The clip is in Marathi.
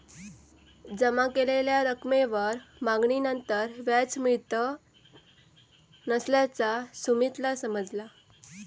जमा केलेल्या रकमेवर मागणीनंतर व्याज मिळत नसल्याचा सुमीतला समजला